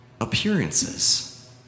Appearances